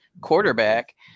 quarterback